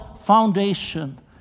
foundation